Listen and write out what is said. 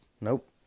Nope